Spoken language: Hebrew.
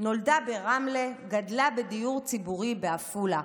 נולדה ברמלה, גדלה בדיור ציבורי בעפולה,